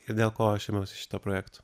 ir dėl ko aš ėmiausi šito projekto